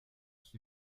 qui